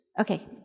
Okay